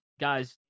guys